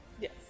Yes